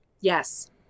yes